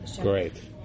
Great